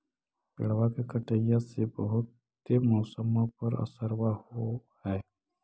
पेड़बा के कटईया से से बहुते मौसमा पर असरबा हो है?